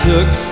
Took